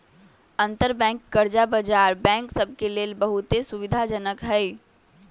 अंतरबैंक कर्जा बजार बैंक सभ के लेल बहुते सुविधाजनक हइ